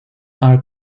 are